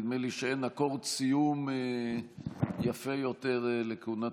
נדמה לי שאין אקורד סיום יפה יותר לכהונת